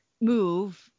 move